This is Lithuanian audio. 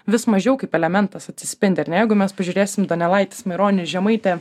vis mažiau kaip elementas atsispindi ar ne jeigu mes pažiūrėsim donelaitis maironis žemaitė